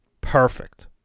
perfect